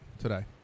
today